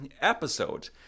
episode